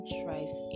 thrives